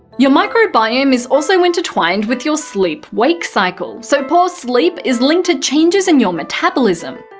your microbiome is also intertwined with your sleep wake cycle, so poor sleep is linked to changes in your metabolism.